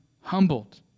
humbled